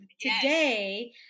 today